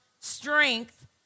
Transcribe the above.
strength